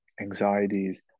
anxieties